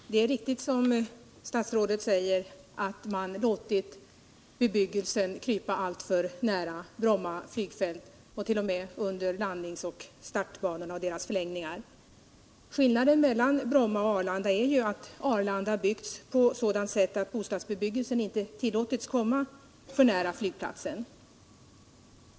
Herr talman! Det är riktigt som statsrådet säger, att man låtit bebyggelsen krypa alltför nära Bromma flygplats, t.o.m. under landnings och startbanornas förlängningar. Skillnaden mellan Bromma och Arlanda är juatt Arlanda byggts på ett sådant sätt att bostadsbebyggelsen inte tillåtits komma för nära flygplatsen.